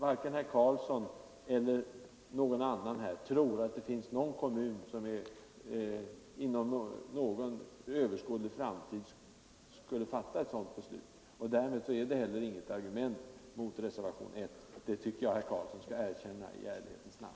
Varken herr Karlsson i Huskvarna eller någon annan här tror att det finns någon kommun som inom överskådlig framtid skulle fatta ett sådant beslut. Därmed är det heller inte något argument mot reservationen 1. Det tycker jag herr Karlsson skall erkänna i ärlighetens namn.